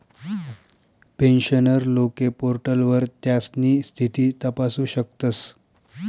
pensioner लोके पोर्टलवर त्यास्नी स्थिती तपासू शकतस